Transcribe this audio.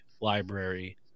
library